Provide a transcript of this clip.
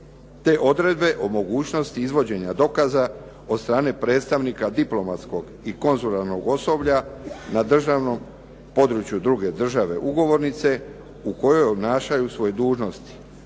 Te odredbe o mogućnosti izvođenja dokaza od strane predstavnika diplomatskog i konzularnog osoblja na državnom području druge države ugovornice u kojoj obnašaju svoje dužnosti